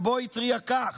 שבו התריע כך: